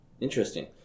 Interesting